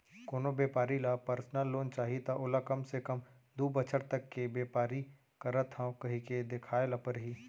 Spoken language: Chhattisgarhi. कोनो बेपारी ल परसनल लोन चाही त ओला कम ले कम दू बछर तक के बेपार करत हँव कहिके देखाए ल परही